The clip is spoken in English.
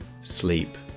sleep